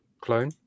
Clone